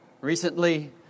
Recently